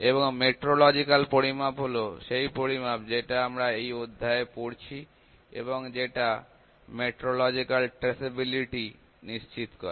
এবং মেট্রোলজিকাল পরিমাপ হলো সেই পরিমাপ যেটা আমরা এই অধ্যায়ে পড়ছি এবং যেটা মেট্রোলজিকাল ট্রেসেবিলিটি নিশ্চিত করে